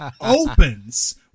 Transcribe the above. opens